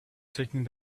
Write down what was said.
taking